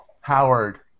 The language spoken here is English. Howard